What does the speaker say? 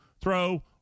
Throw